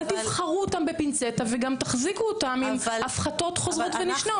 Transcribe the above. אל תבחרו אותם בפינצטה וגם תחזיקו אותם עם הפחתות חוזרות ונשנות.